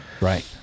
right